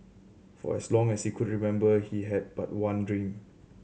for as long as he could remember he had but one dream